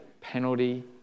penalty